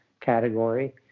category